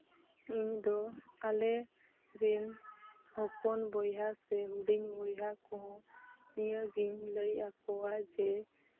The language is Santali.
ᱤᱧᱫᱚ ᱟᱞᱮ ᱨᱤᱱ ᱦᱚᱯᱚᱱ ᱵᱚᱭᱦᱟ ᱥᱮ ᱦᱩᱰᱤᱧ ᱵᱚᱭᱦᱟ ᱠᱚᱦᱚᱸ ᱱᱤᱭᱟᱹᱜᱤᱧ ᱞᱟᱹᱭ ᱟᱠᱚᱣᱟ ᱡᱮ